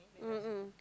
mm mm